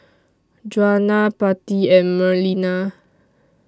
Juana Patti and Marlena